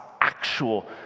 actual